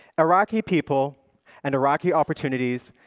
iraqi people and iraqi opportunities,